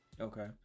Okay